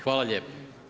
Hvala lijepo.